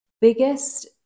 biggest